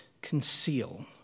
Conceal